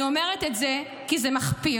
אני אומרת את זה כי זה מחפיר.